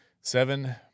seven